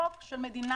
חוק של מדינת